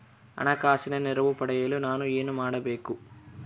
ಹಣಕಾಸಿನ ನೆರವು ಪಡೆಯಲು ನಾನು ಏನು ಮಾಡಬೇಕು?